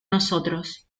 nosotros